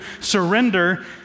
surrender